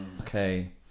Okay